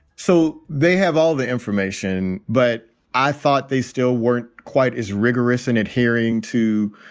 so they have all the information. but i thought they still weren't quite as rigorous in adhering to